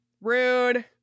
rude